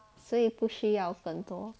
所以不需要跟多